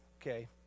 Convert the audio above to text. okay